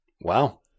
Wow